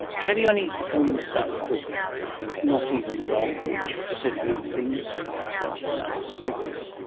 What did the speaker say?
have you any opinions about the book not even wrong which said rude things itself about string theory?